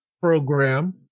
program